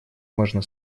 можно